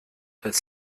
des